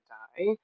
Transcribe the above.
die